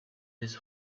his